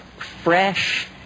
fresh